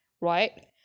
right